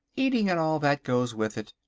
eating and all that goes with it,